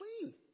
clean